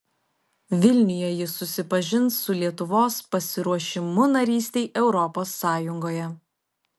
vilniuje jis susipažins su lietuvos pasiruošimu narystei europos sąjungoje